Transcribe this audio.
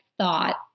thought